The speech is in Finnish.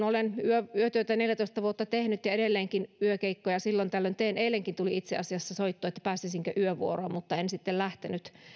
olen yötyötä neljätoista vuotta tehnyt ja edelleenkin yökeikkoja silloin tällöin teen eilenkin tuli itse asiassa soitto että pääsisinkö yövuoroon mutta en sitten lähtenyt